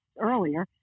earlier